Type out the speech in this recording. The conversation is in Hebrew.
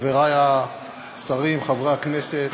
חברי השרים, חברי הכנסת,